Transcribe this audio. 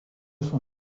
son